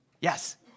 Yes